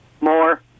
more